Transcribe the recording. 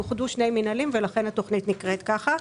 אוחדו שני מינהלים ולכן התכנית נקראת כך.